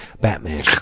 Batman